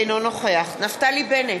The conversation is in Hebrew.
אינו נוכח נפתלי בנט,